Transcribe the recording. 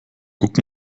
guck